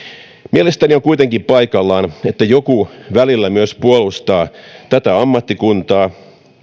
mielestäni on kuitenkin paikallaan että joku välillä myös puolustaa tätä ammattikuntaa